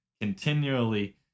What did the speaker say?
continually